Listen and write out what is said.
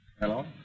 Hello